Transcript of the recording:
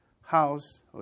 house